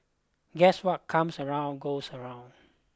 guess what comes around goes around